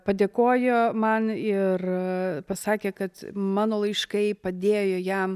padėkojo man ir pasakė kad mano laiškai padėjo jam